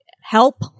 Help